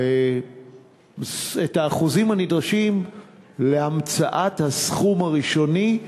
האחוזים הנדרשים להמצאת הסכום הראשוני,